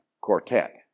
quartet